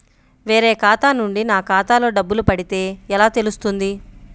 వేరే ఖాతా నుండి నా ఖాతాలో డబ్బులు పడితే ఎలా తెలుస్తుంది?